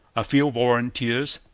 a few volunteers,